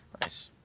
nice